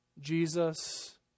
Jesus